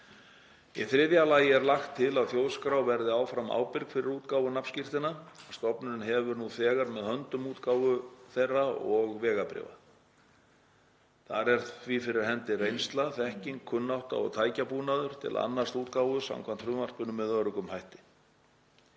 Í þriðja lagi er lagt til að Þjóðskrá Íslands verði áfram ábyrg fyrir útgáfu nafnskírteina. Stofnunin hefur nú þegar með höndum útgáfu nafnskírteina og vegabréfa. Þar er því fyrir hendi reynsla, þekking, kunnátta og tækjabúnaður til að annast skilríkjaútgáfu samkvæmt frumvarpinu með öruggum hætti.